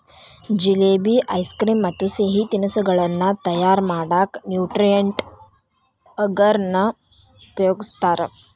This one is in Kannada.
ಜಿಲೇಬಿ, ಐಸ್ಕ್ರೇಮ್ ಮತ್ತ್ ಸಿಹಿ ತಿನಿಸಗಳನ್ನ ತಯಾರ್ ಮಾಡಕ್ ನ್ಯೂಟ್ರಿಯೆಂಟ್ ಅಗರ್ ನ ಉಪಯೋಗಸ್ತಾರ